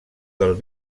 del